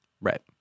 Right